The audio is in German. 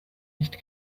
nicht